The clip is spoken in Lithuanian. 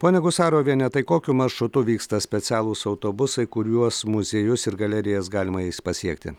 ponia gusaroviene tai kokiu maršrutu vyksta specialūs autobusai kuriuos muziejus ir galerijas galima jais pasiekti